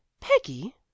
Peggy